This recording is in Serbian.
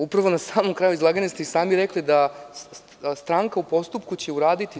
Upravo na samom kraju izlaganja ste i sami rekli da stranka u postupku će uraditi to.